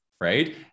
right